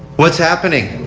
what is happening?